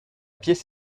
pièce